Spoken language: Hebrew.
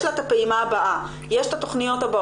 יש לה את הפעימה הבאה, יש את התכניות הבאות.